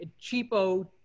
cheapo